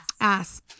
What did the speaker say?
Ass